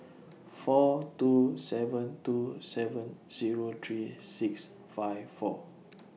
four two seven two seven Zero three six five four